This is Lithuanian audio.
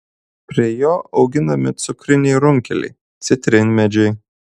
prie jo auginami cukriniai runkeliai citrinmedžiai